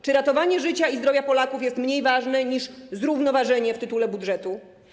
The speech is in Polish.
Czy ratowanie życia i zdrowia Polaków jest mniej ważne niż zrównoważenie w tytule budżetu?